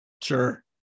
Sure